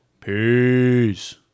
peace